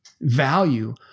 value